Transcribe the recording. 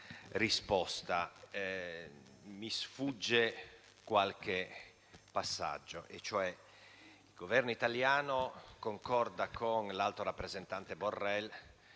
risposta, ma mi sfugge qualche passaggio. Il Governo italiano concorda con l'alto rappresentante Borrell